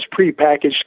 prepackaged